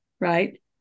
right